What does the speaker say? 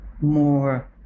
more